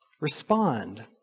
respond